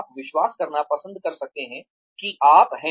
आप विश्वास करना पसंद कर सकते हैं कि आप हैं